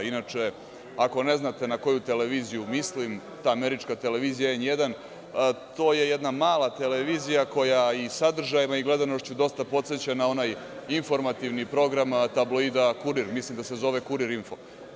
Inače, ako ne znate na koju televiziju mislim, ta američka televizija „N1“, to je jedna mala televizija koja i sadržajima i gledanošću dosta podseća na informativni program tabloida „Kurir“, mislim da se zove „Kurir info“